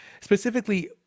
specifically